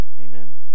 Amen